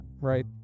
right